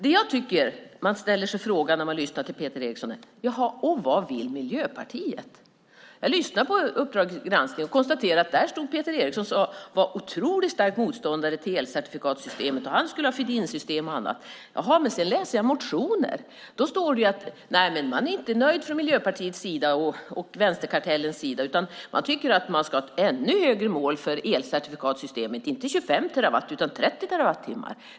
När man lyssnar till Peter Eriksson här ställer man sig frågan: Vad vill Miljöpartiet? Jag lyssnade till Uppdrag granskning och konstaterade att Peter Eriksson var otroligt stark motståndare till elcertifikatssystemet. Han skulle ha feed-in-system och annat. Men sedan läser jag motionerna. Där står att man inte är nöjd från Miljöpartiets och Vänsterkartellens sida. Man ska ha ett ännu högre mål för elcertifikatssystemet. Det ska inte vara 25 utan 30 terawattimmar.